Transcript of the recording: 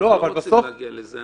אנחנו לא רוצים להגיע לזה,